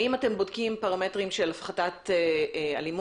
האם אתם בודקים פרמטרים של הפחתת אלימות?